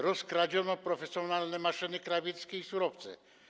Rozkradziono profesjonalne maszyny krawieckie i surowce.